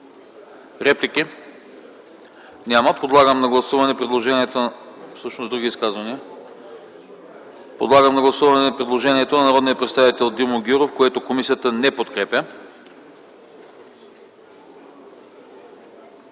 Няма. Подлагам на гласуване предложението на народния представител Димо Гяуров, което комисията не подкрепя.